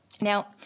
Now